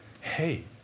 Hey